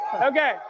Okay